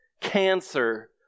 cancer